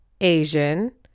Asian